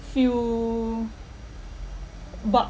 few bucks